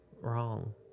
wrong